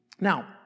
Now